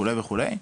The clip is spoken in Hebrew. וכולי וכולי,